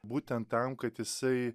būtent tam kad jisai